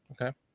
Okay